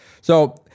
So-